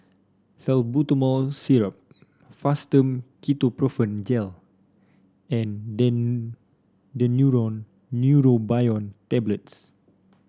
Salbutamol Syrup Fastum Ketoprofen Gel and Daneuron Neurobion Tablets